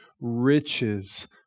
riches